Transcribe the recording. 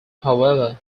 however